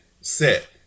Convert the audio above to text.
set